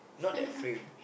not that frame